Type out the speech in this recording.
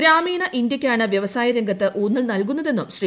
ഗ്രാമീണ ഇന്ത്യയ്ക്കാണ് വൃവസായ രംഗത്ത് ഊന്നൽ നൽകുകയെന്നും ശ്രീ